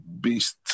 Beast